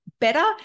better